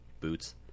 boots